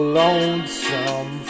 lonesome